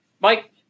Mike